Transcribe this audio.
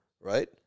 right